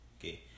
Okay